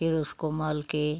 फिर उसको मल कर